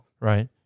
right